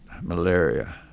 malaria